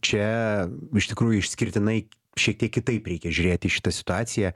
čia iš tikrųjų išskirtinai šiek tiek kitaip reikia žiūrėti į šitą situaciją